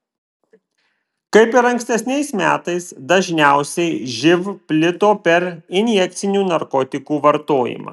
kaip ir ankstesniais metais dažniausiai živ plito per injekcinių narkotikų vartojimą